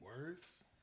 words